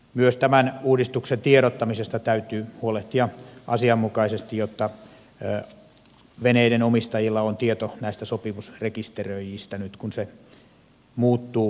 myös tämän uudistuksen tiedottamisesta täytyy huolehtia asianmukaisesti jotta veneiden omistajilla on tieto näistä sopimusrekisteröijistä nyt kun tämä siirtyy maistraateilta pois